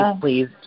please